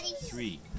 three